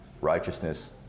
righteousness